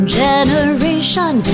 generation